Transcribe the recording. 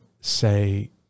say